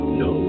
no